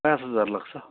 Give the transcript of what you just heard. पाँच हजार लाग्छ